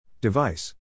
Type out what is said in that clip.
Device